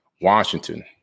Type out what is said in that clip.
Washington